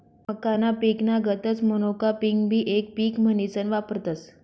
मक्काना पिकना गतच मोनोकापिंगबी येक पिक म्हनीसन वापरतस